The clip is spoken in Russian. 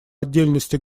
отдельности